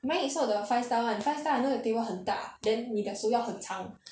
mine is not the five star [one] five star I know the table 很大 then 你的手要很长